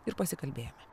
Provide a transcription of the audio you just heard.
ir pasikalbėjome